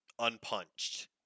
Unpunched